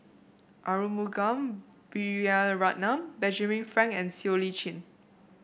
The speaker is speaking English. Arumugam Vijiaratnam Benjamin Frank and Siow Lee Chin